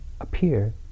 appear